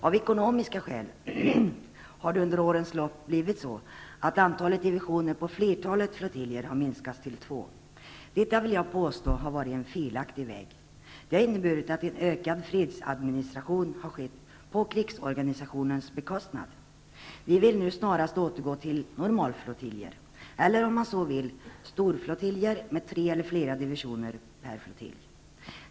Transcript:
Av ekonomiska skäl har det under årens lopp blivit så att antalet divisioner på flertalet flottiljer har minskats till två. Detta vill jag påstå har varit en felaktig väg. Det har inneburit att en ökad fredsadministration har skett på krigsorganisationens bekostnad. Vi vill nu snarast återgå till normalflottiljer eller, om man så vill, storflottiljer med tre eller flera divisioner per flottilj.